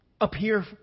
appear